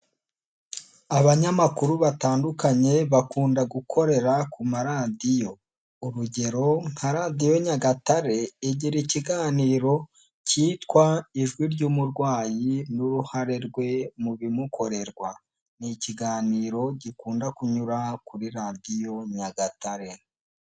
Abanyamakuru batandukanye bakunda gukorera ku maradiyo. Urugero nka radiyo Nyagatare igira ikiganiro cyitwa ijwi ry'umurwayi n'uruhare rwe mu bimukorerwa. Ni ikiganiro gikunda kunyura kuri radiyo Nyagatare.